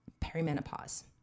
perimenopause